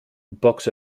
box